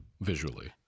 visually